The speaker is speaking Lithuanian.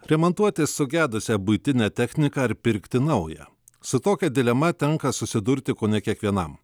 remontuoti sugedusią buitinę techniką ar pirkti naują su tokia dilema tenka susidurti kone kiekvienam